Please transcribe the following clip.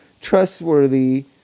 trustworthy